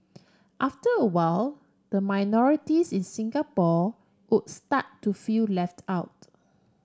after a while the minorities in Singapore would start to feel left out